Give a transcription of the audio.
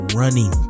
running